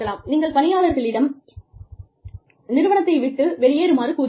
நீங்கள் பணியாளர்களிடம் நிறுவனத்தை விட்டு வெளியேறுமாறு கூறுவீர்கள்